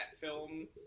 film